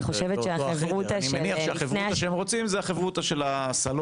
אני מניח שהחברותא שהם רוצים זה החברותא של הסלון.